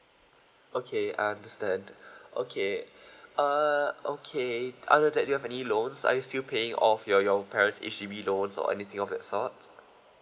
okay I understand okay uh okay other that do you have any loans are you still paying off your your parents H_D_B loans or anything of that sort